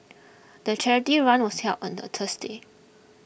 the charity run was held on the Thursday